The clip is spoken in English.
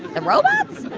the robots?